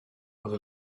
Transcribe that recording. roedd